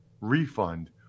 refund